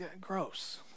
gross